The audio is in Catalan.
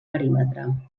perímetre